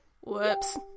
Whoops